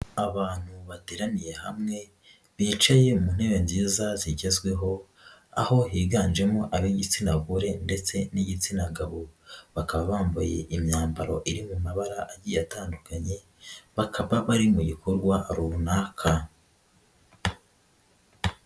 Abantu bateraniye hamwe bicaye mu ntebe nziza zigezweho, aho yiganjemo ab'igitsina gore ndetse n'igitsina gabo, bakaba bambaye imyambaro iri mu mabara atandukanye, bakaba bari mu gikorwa runaka.